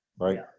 Right